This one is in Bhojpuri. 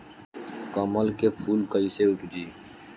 कमल के फूल कईसे उपजी?